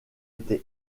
été